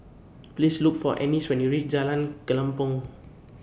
Please Look For Annis when YOU REACH Jalan Kelempong